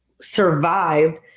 survived